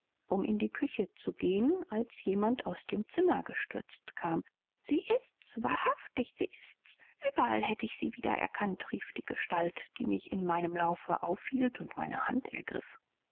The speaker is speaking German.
um in die küche zu gehen als jemand aus dem zimmer gestürzt kam sie ist's wahrhaftig sie ist's überall hätte ich sie wiederrekannt rief die gestalt die mich in meinem laufe aufhielt und meine hand ergriff